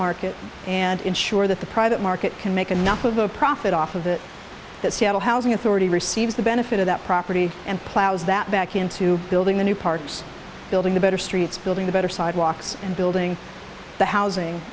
market and ensure that the private market can make enough of a profit off of it that seattle housing authority receives the benefit of that property and plows that back into building the new parks building the better streets building the better sidewalks and building the housing